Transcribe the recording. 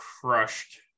crushed